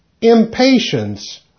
impatience